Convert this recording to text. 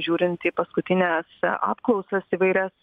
žiūrint į paskutines apklausas įvairias